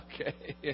Okay